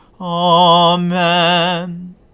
Amen